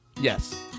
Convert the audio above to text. Yes